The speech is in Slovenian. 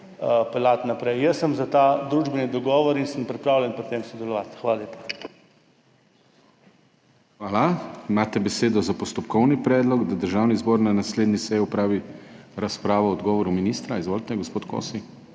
peljati naprej. Jaz sem za ta družbeni dogovor in sem pripravljen pri tem sodelovati. Hvala lepa. **PODPREDSEDNIK DANIJEL KRIVEC:** Hvala. Imate besedo za postopkovni predlog, da Državni zbor na naslednji seji opravi razpravo o odgovoru ministra. Izvolite, gospod Kosi.